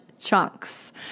chunks